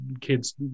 kids